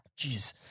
jeez